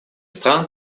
стран